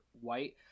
white